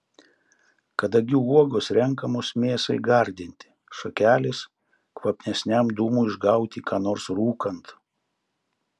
kadagių uogos renkamos mėsai gardinti šakelės kvapnesniam dūmui išgauti ką nors rūkant